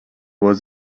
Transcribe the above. was